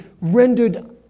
rendered